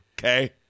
okay